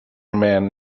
men